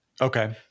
Okay